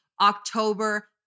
October